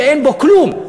שאין בו כלום,